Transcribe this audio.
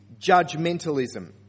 judgmentalism